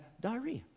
diarrhea